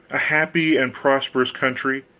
a happy and prosperous country,